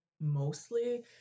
mostly